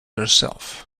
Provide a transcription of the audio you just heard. herself